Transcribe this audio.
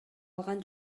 алган